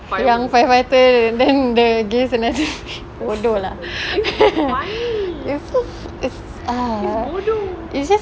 yang firefighter and then the grey's anatomy bodoh lah it's so it's ah it's just